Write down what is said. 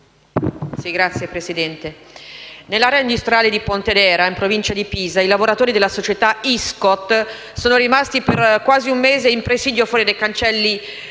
Signor Presidente, nell'area industriale di Pontedera, in provincia di Pisa, i lavoratori della società Iscot sono rimasti per quasi un mese in presidio fuori dai cancelli